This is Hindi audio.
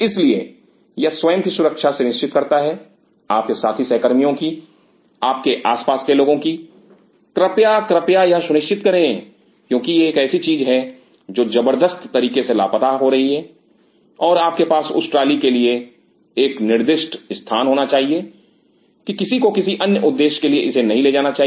इसलिए यह स्वयं की सुरक्षा सुनिश्चित करता है आपके साथी सहकर्मियों की एवं आसपास के सभी लोगों की कृपया कृपया यह सुनिश्चित करें क्योंकि यह एक ऐसी चीज़ है जो जबर्दस्त तरीके से लापता रही है और आपके पास उस ट्रॉली के लिए एक निर्दिष्ट स्थान होना चाहिए कि किसी को किसी अन्य उद्देश्य के लिए इसे नहीं लेना चाहिए